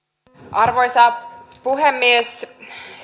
arvoisa puhemies